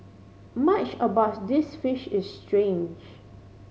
much about this fish is strange